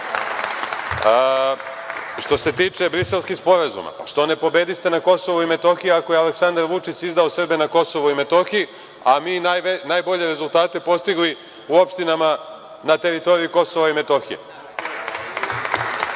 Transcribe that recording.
se tiče briselskih sporazuma, pa što ne pobediste na Kosovu i Metohiji, ako je Aleksandar Vučić izdao Srbe na Kosovu i Metohiji, a mi najbolje rezultate postigli u opštinama na teritoriji Kosova i Metohije? Nisam